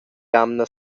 jamna